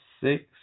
six